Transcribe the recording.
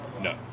No